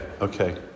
okay